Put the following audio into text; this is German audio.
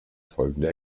folgende